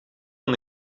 van